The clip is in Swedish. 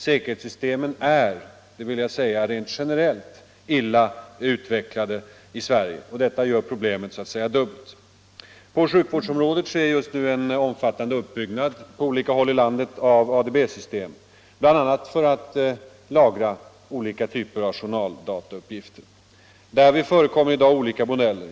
Säkerhetssystemen är rent generellt — det vill jag säga — illa utvecklade i Sverige, och detta gör så att säga problemet dubbelt. Just nu sker en omfattande uppbyggnad av ADB-system inom sjukvården på olika håll i landet, bl.a. för att lagra olika typer av journaldata. Därvid använder man sig i dag av olika modeller.